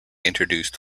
introduced